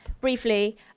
briefly